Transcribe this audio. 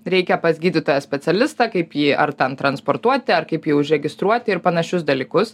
reikia pas gydytoją specialistą kaip jį ar ten transportuoti ar kaip jį užregistruoti ir panašius dalykus